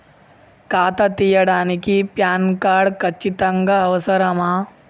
ఖాతా తీయడానికి PAN card ఖచ్చితంగా అవసరమా?